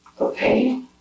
Okay